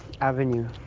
avenue